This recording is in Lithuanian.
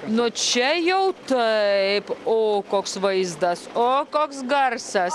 nu čia jau taip o koks vaizdas o koks garsas